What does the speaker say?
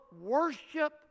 worship